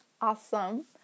awesome